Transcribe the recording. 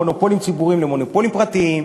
מונופולים ציבוריים למונופולים פרטיים,